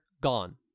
Gone